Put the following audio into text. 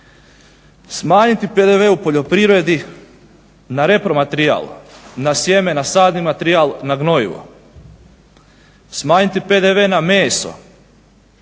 Smanjiti PDV u poljoprivredi na repromaterijal, na sjeme, na sadni materijal, na gnojivo. Smanjiti PDV na meso.